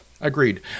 agreed